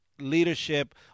leadership